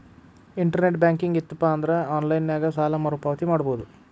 internet banking ಇತ್ತಪಂದ್ರಾ online ನ್ಯಾಗ ಸಾಲ ಮರುಪಾವತಿ ಮಾಡಬೋದು